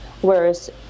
whereas